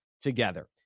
together